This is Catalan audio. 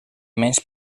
menys